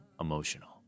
emotional